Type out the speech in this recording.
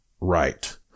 right